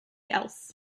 else